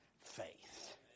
faith